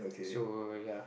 so ya